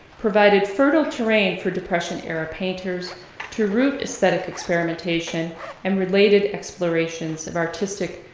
provided fertile terrain for depression era painters to root aesthetic experimentation and related explorations of artistic,